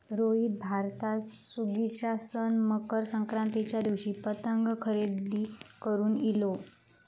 रोहित भारतात सुगीच्या सण मकर संक्रांतीच्या दिवशी पतंग खरेदी करून इलो